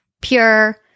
pure